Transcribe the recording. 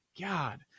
God